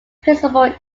principal